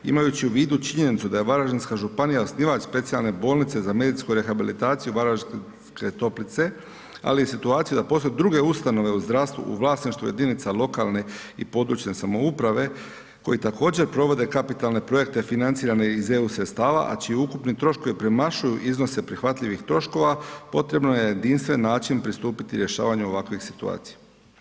Imajući u vidu činjenicu da je Varaždinska županija osnivač Specijalne bolnice za medicinsku rehabilitaciju Varaždinske toplice ali i situaciju da postoje druge ustanove u zdravstvu u vlasništvu jedinica lokalne i područne samouprave koje također provode kapitalne projekte financirane iz EU sredstava a čiji ukupni troškovi premašuju iznose prihvatljivih troškova, potrebno je na jedinstveni način pristupiti rješavanju ovakve situacije.